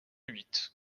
huit